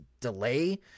delay